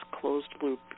closed-loop